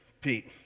Pete